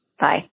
bye